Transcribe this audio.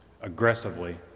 aggressively